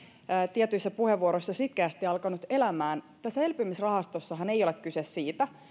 tietyissä puheenvuoroissa sitkeästi alkanut elämään tässä elpymisrahastossahan ei ole kyse siitä